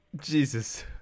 Jesus